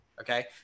Okay